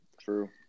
True